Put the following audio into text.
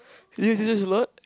do you do this a lot